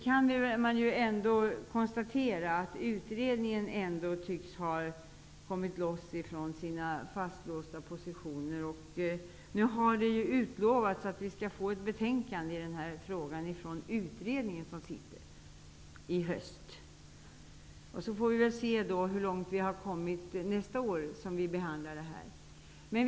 Man kan ändå konstatera att utredningen tycks ha kommit loss från sina fastlåsta positioner, och det har utlovats ett betänkande från utredningen i höst. Så vi får väl se hur långt vi har kommit nästa år när vi skall behandla denna fråga.